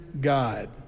God